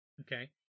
Okay